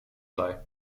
sei